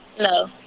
No